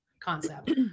concept